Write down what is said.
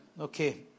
Okay